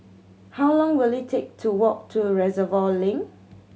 how long will it take to walk to Reservoir Link